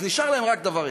אז נשאר להם רק דבר אחד: